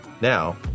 Now